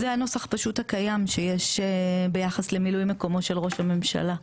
זה הנוסח פשוט הקיים שיש ביחס למילוי מקומו של ראש הממשלה.